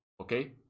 okay